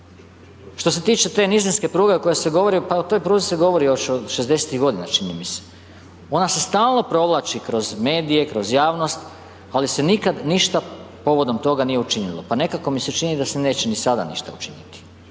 Što se tiče te nizinske pruge o kojoj se govori, pa o toj pruzi se govori još od 60-tih godina, čini mi se, ona se stalno provlači kroz medije, kroz javnost, ali se nikad ništa povodom toga nije učinilo, pa nekako mi se čini da se neće ni sada ništa učiniti.